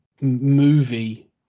movie